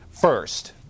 first